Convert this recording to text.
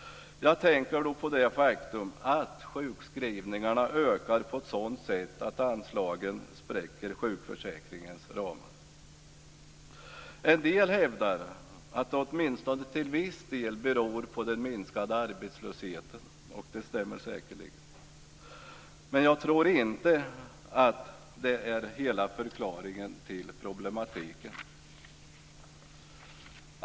Jag tänker på det faktum att sjukskrivningarna ökar på ett sådant sätt att anslagen spräcker sjukförsäkringens ramar. En del hävdar att det åtminstone till viss del beror på den minskade arbetslösheten, och det stämmer säkerligen. Men jag tror inte att det är hela förklaringen till problematiken.